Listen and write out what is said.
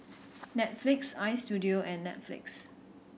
Netflix Istudio and Netflix